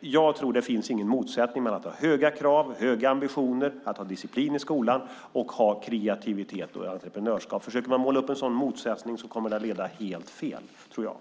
Jag tror inte att det finns någon motsättning mellan höga krav och ambitioner och disciplin i skolan och kreativitet och entreprenörskap. Om man försöker måla upp en sådan motsättning kommer den att leda helt fel, tror jag.